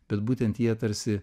bet būtent jie tarsi